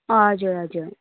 हजुर हजुर